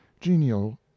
genial